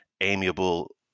amiable